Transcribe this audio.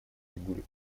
фигуре